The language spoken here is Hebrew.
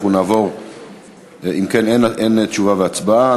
אם כן, אין תשובה והצבעה.